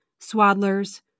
swaddlers